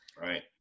Right